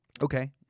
Okay